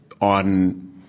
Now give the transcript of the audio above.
on